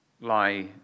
lie